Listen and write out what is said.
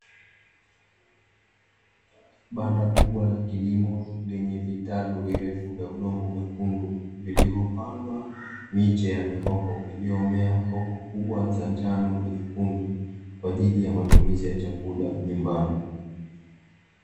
Banda kubwa la kilimo lenye vitalu virefu vya udongo mwekundu vilivyopandwa miche ya mihoho, iliyomea hoho kubwa za njano na nyekundu kwa ajili ya matumizi ya chakula nyumbani.